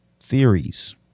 theories